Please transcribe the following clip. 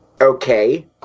Okay